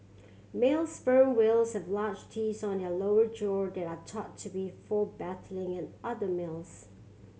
male sperm whales have large teeth on their lower jaw that are thought to be for battling and other males